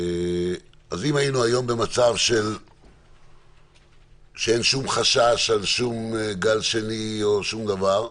אז אם היינו היום במצב שאין שום חשש על שום גל שני או שום דבר,